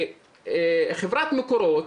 חברת מקורות,